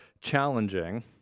challenging